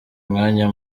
mwanya